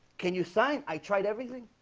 can you sign i tried everything?